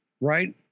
right